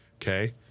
Okay